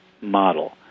model